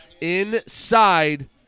inside